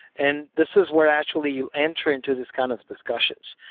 and this is where actually you enter into this kind of discussions.